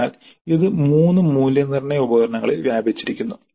അതിനാൽ ഇത് 3 മൂല്യനിർണ്ണയ ഉപകരണങ്ങളിൽ വ്യാപിച്ചിരിക്കുന്നു